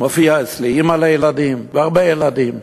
מופיע אצלי, אימא לילדים, הרבה ילדים,